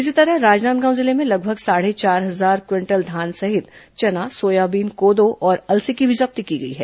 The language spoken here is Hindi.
इसी तरह राजनांदगांव जिले में लगभग साढ़े चार हजार क्विंटल धान सहित चना सोयाबीन कोदो और अलसी की भी जब्ती की गई है